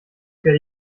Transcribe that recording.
werde